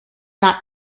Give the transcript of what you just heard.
not